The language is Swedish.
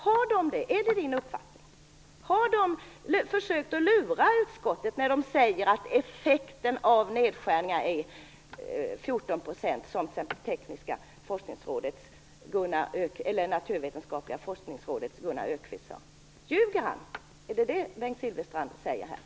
Är det Bengt Silfverstrands uppfattning? Har de försökt att lura utskottet när de säger att effekten av nedskärningarna är 14 %, som Gunnar Ljuger han? Är det vad Bengt Silfverstrand här säger?